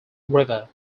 river